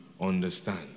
understand